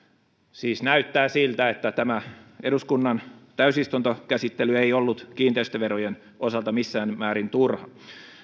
siis näyttää siltä että tämä eduskunnan täysistuntokäsittely ei ollut kiinteistöverojen osalta missään määrin turha